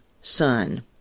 son